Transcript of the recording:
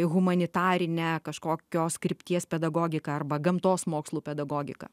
humanitarinę kažkokios krypties pedagogiką arba gamtos mokslų pedagogiką